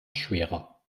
schwerer